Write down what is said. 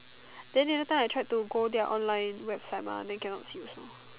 then the other time I tried to go their online website mah then can not see also